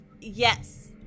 Yes